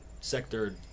sector